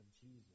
Jesus